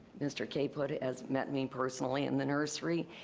mr. caput has met me personally in the nursery.